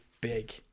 big